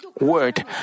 word